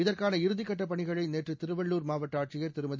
இதற்கான இறுதிக்கட்ட பணிகளை நேற்று திருவள்ளூர் மாவட்ட ஆட்சியா் திருமதி